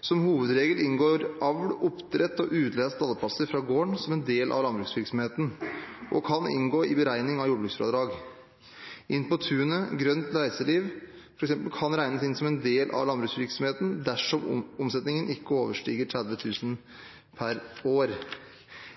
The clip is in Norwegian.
Som hovedregel inngår avl, oppdrett og utleie av stallplasser fra gården som en del av landbruksvirksomheten og kan inngå i beregningen av jordbruksfradrag. Inn på tunet og grønt reiseliv f.eks. kan regnes inn som en del av landbruksvirksomheten dersom omsetningen ikke overstiger 30 000 kr per år.